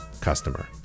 customer